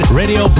radio